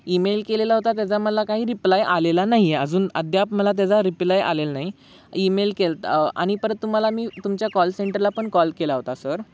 email केलेला होता त्याचा मला काही रिप्लाय आलेला नाही आहे अजून अद्याप मला त्याचा रिप्लाय आलेला नाही ईमेल केलत आणि परत तुम्हाला मी तुमच्या कॉल सेंटरला पण कॉल केला होता सर